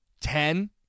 Ten